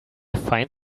find